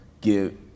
give